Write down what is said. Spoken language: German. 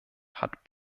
hat